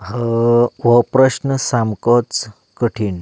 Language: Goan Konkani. हो प्रश्न सामकोच कठीण